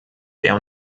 der